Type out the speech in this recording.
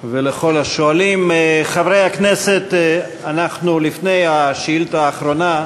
לכל השואלים, חברי הכנסת, לפני השאילתה האחרונה,